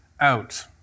out